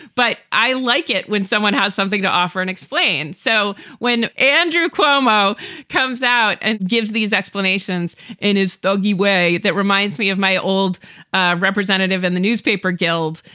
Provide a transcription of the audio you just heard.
but i like it when someone has something to offer and explain. so when andrew cuomo comes out and gives these explanations and his thuggy way, that reminds me of my old ah representative in the newspaper guild,